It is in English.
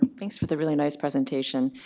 thanks for the really nice presentation.